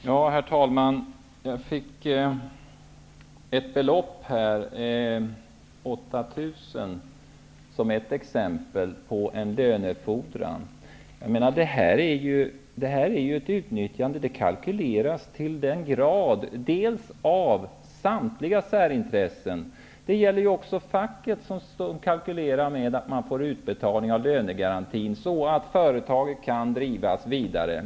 Herr talman! Beloppet 8 000 kr nämndes här som ett exempel på en lönefordran. Jag menar att det här med lönegarantin finns med så till den grad i kalkylerna. Det gäller från samtliga särintressens sida. Men det gäller också facket, som kalkylerar med utbetalning av lönegarantin. På det sättet kan ju ett företag drivas vidare.